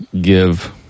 give